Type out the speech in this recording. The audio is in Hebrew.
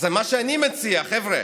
אבל מה שאני מציע: חבר'ה,